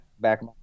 Back